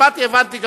שמעתי, הבנתי.